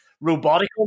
robotic